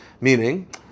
Meaning